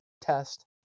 test